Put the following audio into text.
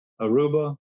Aruba